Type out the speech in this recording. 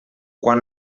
quan